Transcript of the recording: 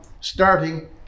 starting